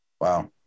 Wow